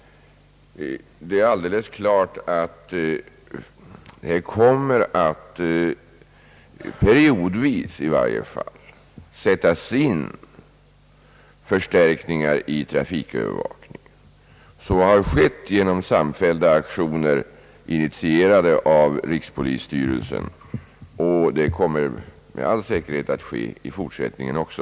Det är alldeles klart att här kommer, periodvis i varje fall, att sättas in förstärkningar i trafikövervakningen. Så har skett genom samfällda aktioner initierade av rikspolisstyrelsen, och det kommer med all säkerhet att ske i fortsättningen också.